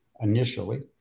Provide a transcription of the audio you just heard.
initially